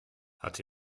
hat